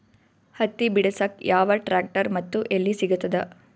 ಹತ್ತಿ ಬಿಡಸಕ್ ಯಾವ ಟ್ರ್ಯಾಕ್ಟರ್ ಮತ್ತು ಎಲ್ಲಿ ಸಿಗತದ?